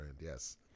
Yes